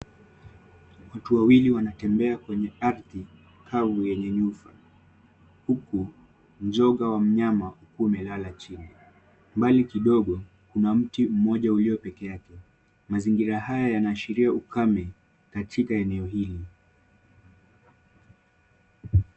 Watu wawili wanatembea kwenye ardhi kavu yenye nyufa. Huku njoga wa mnyama umelala chini. Mbali kidogo kuna mti mmoja ulio pekeake. Mazingira haya yanaashiria ukame katika eneo hili.